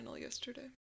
yesterday